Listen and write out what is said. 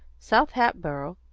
south hatboro',